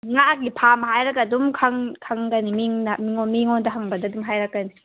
ꯉꯥꯒꯤ ꯐꯥꯝ ꯍꯥꯏꯔꯒ ꯑꯗꯨꯝ ꯈꯪꯒꯅꯤ ꯃꯤꯡꯅ ꯃꯤꯉꯣꯟꯗ ꯍꯪꯕꯗ ꯑꯗꯨꯝ ꯍꯥꯏꯔꯛꯀꯅꯤ